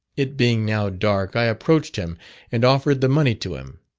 it being now dark, i approached him and offered the money to him.